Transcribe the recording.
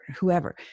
whoever